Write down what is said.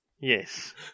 Yes